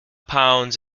pounds